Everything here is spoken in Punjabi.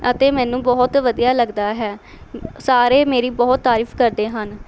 ਅਤੇ ਮੈਨੂੰ ਬਹੁਤ ਵਧੀਆ ਲੱਗਦਾ ਹੈ ਸਾਰੇ ਮੇਰੀ ਬਹੁਤ ਤਾਰੀਫ਼ ਕਰਦੇ ਹਨ